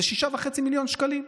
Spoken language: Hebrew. וזה יוצא 6.5 מיליון שקלים סתם,